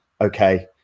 Okay